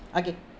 okay